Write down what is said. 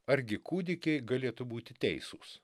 argi kūdikiai galėtų būti teisūs